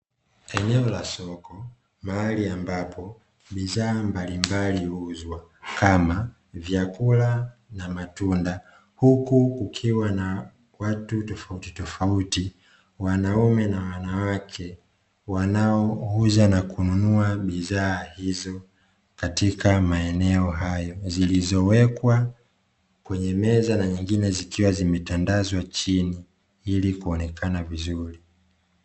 Eneo la soko mahali ambapo bidhaa mbalimbali huuzwa kama vyakula na matunda, huku kukiwa na watu tofautitofauti wanaume na wanawake wanaouza na kununua bidhaa hizo katika maeneo hayo, zilizowekwa kwenye meza na nyingine zikiwa zimetandazwa chini ili kuonekana vizuri.